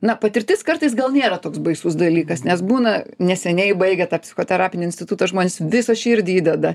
na patirtis kartais gal nėra toks baisus dalykas nes būna neseniai baigę tą psichoterapinį institutą žmonės visą širdį įdeda